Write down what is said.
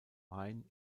main